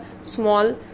small